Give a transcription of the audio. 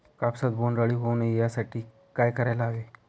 कापसात बोंडअळी होऊ नये यासाठी काय करायला हवे?